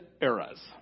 eras